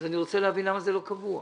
ואני רוצה להבין למה זה לא קבוע.